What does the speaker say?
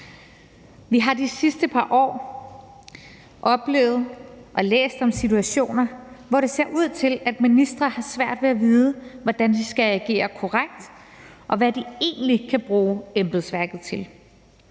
Vi har de sidste par år oplevet og læst om situationer, hvor det ser ud til, at ministre har svært ved at vide, hvordan de skal agere korrekt, og hvad de egentlig kan bruge embedsværket til.